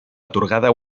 atorgada